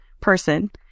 person